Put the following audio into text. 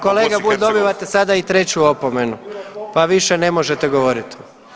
Kolega Bulj dobivate sada i treću opomenu pa više ne možete govoriti.